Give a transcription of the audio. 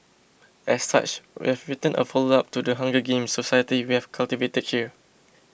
as such we've written a follow up to the Hunger Games society we have cultivated here